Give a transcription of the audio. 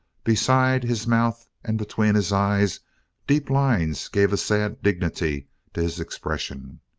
beside his mouth and between his eyes deep lines gave a sad dignity to his expression.